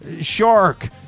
shark